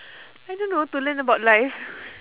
I don't know to learn about life